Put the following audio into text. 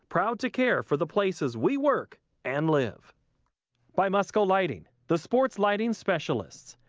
proud to care for the places we work and live by musco lighting, the sports lighting specialists,